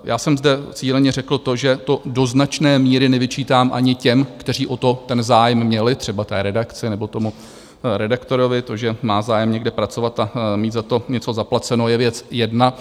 Já jsem zde cíleně řekl to, že to do značné míry nevyčítám ani těm, kteří o to ten zájem měli třeba redakci nebo tomu redaktorovi to, že má zájem někde pracovat a mít za to něco zaplaceno, je věc jedna.